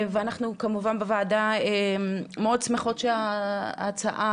ואנחנו כמובן בוועדה מאוד שמחות שההצעה